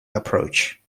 approach